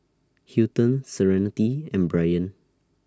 Hilton Serenity and Bryan